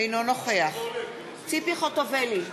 אינו נוכח ציפי חוטובלי,